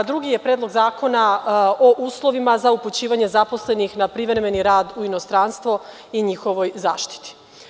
Drugi je Predlog zakona o uslovima za upućivanje zaposlenih na privremeni rad u inostranstvo i njihovoj zaštiti.